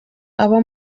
abo